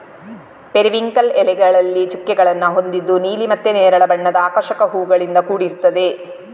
periwinkle ಎಲೆಗಳಲ್ಲಿ ಚುಕ್ಕೆಗಳನ್ನ ಹೊಂದಿದ್ದು ನೀಲಿ ಮತ್ತೆ ನೇರಳೆ ಬಣ್ಣದ ಆಕರ್ಷಕ ಹೂವುಗಳಿಂದ ಕೂಡಿರ್ತದೆ